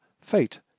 fate